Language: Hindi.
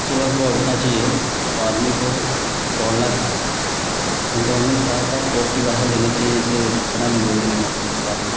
सुबह सुबह उठना चाहिए वह आदमी को दौड़ना चाहिए और दौड़ने के साथ साथ पौष्टिक आहार लेना चाहिए जैसे चना भिगोकर लेना चाहिए सुबह में